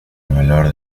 valor